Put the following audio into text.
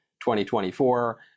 2024